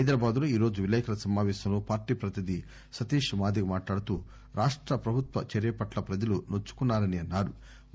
హైదరాబాద్ లో ఈ రోజు విలేకర్ల సమాపేశంలో పార్టీ ప్రతినిధి సతీష్ మాదిగ మాట్లాడుతూ రాష్ట ప్రభుత్వ చర్య పట్ల ప్రజలు నొచ్చుకున్నారని అన్నారు